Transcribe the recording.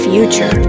Future